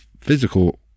physical